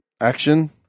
action